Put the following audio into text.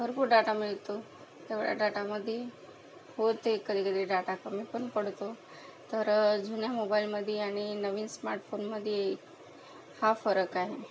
भरपूर डाटा मिळतो तेवढ्या डाटामध्ये वरते कधी कधी डाटा कमी पण पडतो तर जुन्या मोबाईलमध्ये आणि नवीन स्मार्टफोनमध्ये हा फरक आहे